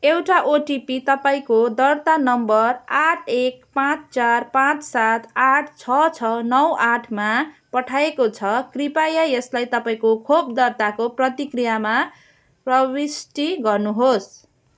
एउटा ओटिपी तपाईँँको दर्ता नम्बर आठ एक पाँच चार पाँच सात आठ छ छ नौ आठमा पठाइएको छ कृपया यसलाई तपाईँँको खोप दर्ताको प्रक्रियामा प्रविष्टी गर्नुहोस्